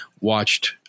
watched